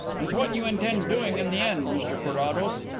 is what you intend doing in the end, mr carrados?